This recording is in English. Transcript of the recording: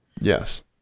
Yes